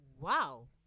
Wow